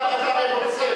נא לצאת.